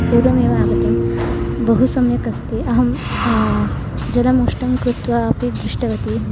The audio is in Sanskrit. पूर्वमेव आगतं बहु सम्यक् अस्ति अहं जलम् उष्णं कृत्वापि दृष्टवती